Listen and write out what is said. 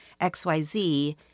XYZ